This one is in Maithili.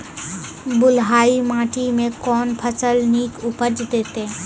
बलूआही माटि मे कून फसल नीक उपज देतै?